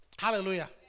Hallelujah